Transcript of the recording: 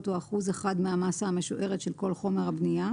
או אחוז אחד מהמאסה המשוערת של כל חומר הבנייה,